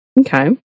Okay